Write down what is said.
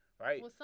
right